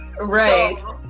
right